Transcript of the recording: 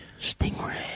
Stingray